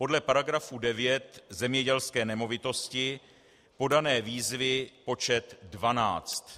Podle § 9, zemědělské nemovitosti, podané výzvy počet 12.